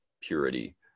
Purity